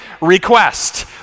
request